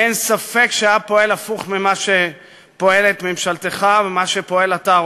אין ספק שהיה פועל הפוך ממה שפועלת ממשלתך וממה שפועל אתה,